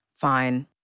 Fine